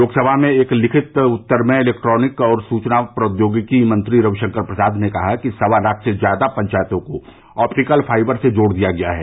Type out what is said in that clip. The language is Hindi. लोकसभा में एक लिखित उत्तर में इलेक्ट्रोनिक और सूचना प्रौद्योगिकी मंत्री रविशंकर प्रसाद ने कहा कि सवा लाख से ज्यादा पंचायतों को आप्टीकल फाइबर से जोड़ दिया गया है